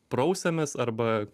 prausiamės arba